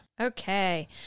Okay